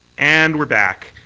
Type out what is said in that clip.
and we're back.